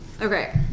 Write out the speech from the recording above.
Okay